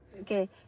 Okay